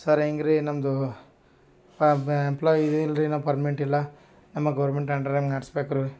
sir ಹೆಂಗೆ ರೀ ನಮ್ಮದು ಅಬ್ಬಾ ಎಂಪ್ಲಾಯ್ ಇದಿಲ್ಲ ರೀ ನಮ್ಮ ಪರ್ಮೆಂಟಿಲ್ಲ ನಮ್ಗೆ ಗೌರ್ಮೆಂಟ್ ಅಂಡರ್ನಾಗೆ ಮಾಡಿಸ್ಬೇಕ್ ರೀ